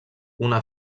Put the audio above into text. una